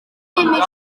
ibyara